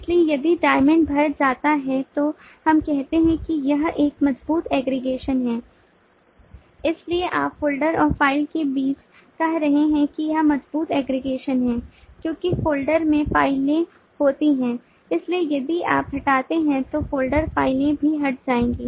इसलिए यदि diamond भर जाता है तो हम कहते हैं कि यह एक मजबूत aggregation है इसलिए आप फ़ोल्डर और फ़ाइल के बीच कह रहे हैं कि एक मजबूत aggregation है क्योंकि फ़ोल्डर में फाइलें होती हैं इसलिए यदि आप हटाते हैं तो फ़ोल्डर फाइलें भी हट जाएंगी